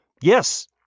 Yes